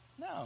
No